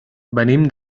venim